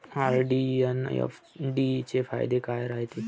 RD अन FD चे फायदे काय रायते?